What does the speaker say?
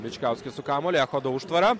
bičkauskis su kamuoliu echodo užtvara